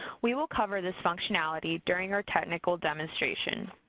we will cover this functionality during our technical demonstration.